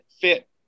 fit